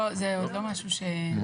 לא, זה עוד לא משהו שנסגר.